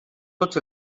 tots